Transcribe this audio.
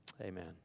Amen